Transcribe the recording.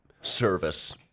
service